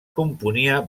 componia